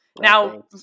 now